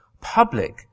public